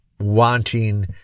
wanting